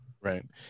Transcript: right